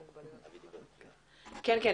בבקשה.